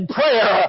prayer